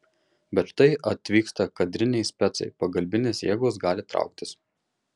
bet štai atvyksta kadriniai specai pagalbinės jėgos gali trauktis